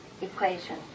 equation